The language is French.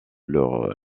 leur